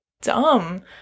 dumb